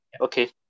okay